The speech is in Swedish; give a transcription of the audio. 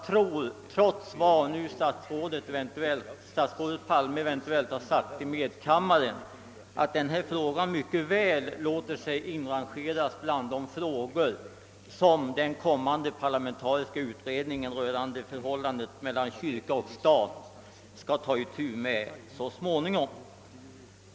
Trots vad statsrådet Palme eventuellt har yttrat i medkammaren tror jag att detta spörsmål mycket väl låter sig inrangeras bland de problem som den kommande parlamentariska utredningen rörande förhållandet mellan kyrka och stat skall ta itu med så småningom.